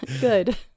good